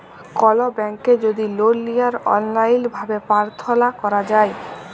call ব্যাংকে যদি লল লিয়ার অললাইল ভাবে পার্থলা ক্যরা হ্যয়